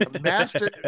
master